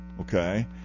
okay